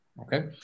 Okay